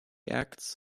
acts